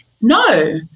No